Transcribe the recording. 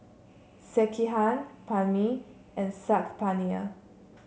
Sekihan Banh Mi and Saag Paneer